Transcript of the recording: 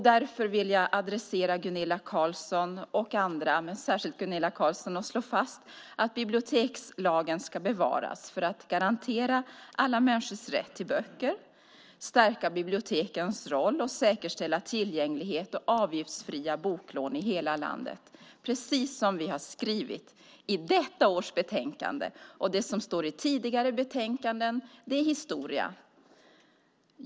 Därför vill jag, framför allt med adress till Gunilla Carlsson, slå fast att bibliotekslagen ska bevaras för att garantera alla människors rätt till böcker, stärka bibliotekens roll och säkerställa tillgänglighet och avgiftsfria boklån i hela landet - precis som vi har skrivit i detta års betänkande. Det som står i tidigare betänkanden är historia.